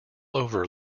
over